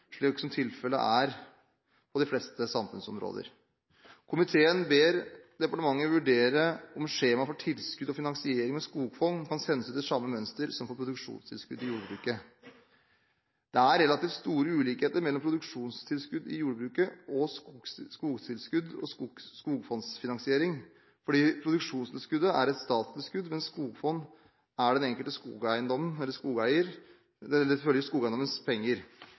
slik tilfellet er på de fleste samfunnsområder. Komiteen ber departementet vurdere om skjema for tilskudd og finansiering med skogfond kan sendes ut etter samme mønster som for produksjonstilskudd i jordbruket. Det er relativt store ulikheter mellom produksjonstilskudd i jordbruket og skogtilskudd og skogfondsfinansiering, fordi produksjonstilskuddet er et statstilskudd, mens skogfond